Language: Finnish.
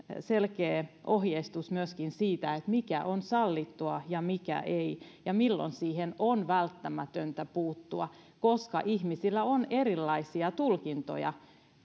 selkeä ohjeistus myöskin siitä mikä on sallittua ja mikä ei ja milloin siihen on välttämätöntä puuttua koska ihmisillä on erilaisia tulkintoja